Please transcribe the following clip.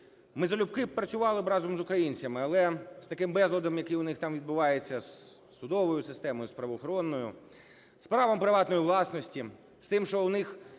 Ми залюбки працювали б разом із українцями, але з таким безладом, який у них там відбувається з судовою системою, з правоохоронною, з правом приватної власності, з тим, що у них